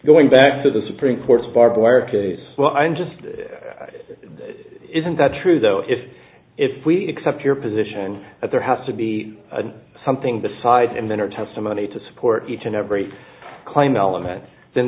going back to the supreme court's barbwire case well i'm just isn't that true though if if we accept your position that there has to be something besides and then her testimony to support each and every claim element then